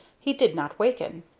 he did not waken.